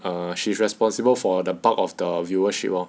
err she is responsible for the bulk of the viewership lor